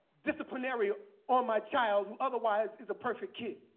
disciplinary or my child, who otherwise is a perfect kid.